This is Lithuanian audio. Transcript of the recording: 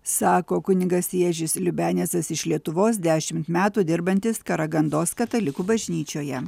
sako kunigas ježis liubenicas iš lietuvos dešimt metų dirbantis karagandos katalikų bažnyčioje